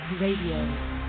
Radio